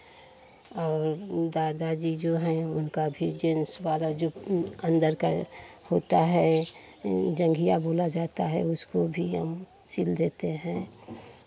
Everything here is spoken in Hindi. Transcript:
और दादा जी जो हैं उनका भी जेन्स वाला जो अंदर का होता है जंघिया बोला जाता है उसको भी हम सिल देते हैं